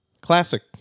Classic